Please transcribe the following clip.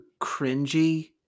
cringy